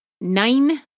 nine